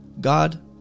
God